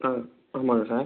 ஆ ஆமாம்ங்க சார்